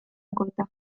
cota